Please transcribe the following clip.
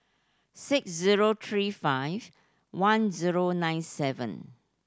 six zero three five one zero nine seven